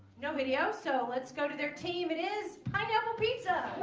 no video so let's go to their team it is pineapple pizza